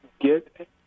get